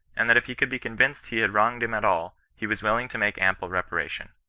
and that if he could be convinced he had wronged him at all, he was willing to make ample reparation.